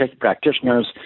practitioners